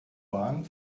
bahn